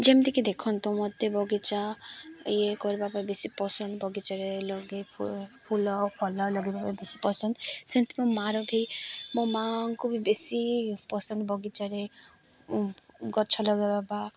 ଯେମିତିକି ଦେଖନ୍ତୁ ମତେ ବଗିଚା ଇଏ କରିବା ପାଇଁ ବେଶୀ ପସନ୍ଦ ବଗିଚାରେ ଲଗେଇ ଫୁଲ ଫଲ ଲଗେଇବା ପାଇଁ ବେଶୀ ପସନ୍ଦ ସେମିତି ମୋ ମାଆର ବି ମୋ ମାଆଙ୍କୁ ବି ବେଶୀ ପସନ୍ଦ ବଗିଚାରେ ଗଛ ଲଗେଇବା ବା